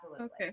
Okay